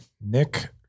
Nick